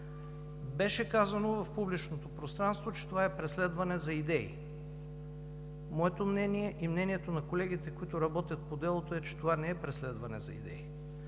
Беше казано в публичното пространство, че това е преследване за идеи. Моето мнение и мнението на колегите, които работят по делото е, че това не е преследване за идеи,